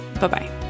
Bye-bye